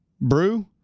Brew